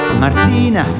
Martina